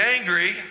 angry